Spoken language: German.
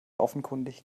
offenkundig